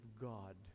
God